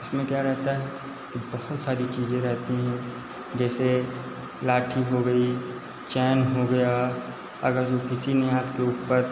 इसमें क्या रहता है कि बहुत सारी चीज़ें रहती हैं जैसे लाठी हो गई चैन हो गया अगर जो किसी ने आपके ऊपर